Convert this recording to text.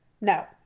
No